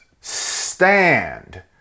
stand